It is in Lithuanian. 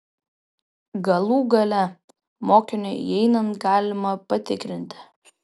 galų gale mokiniui įeinant galima patikrinti